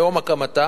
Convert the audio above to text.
מיום הקמתה,